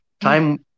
Time